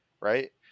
Right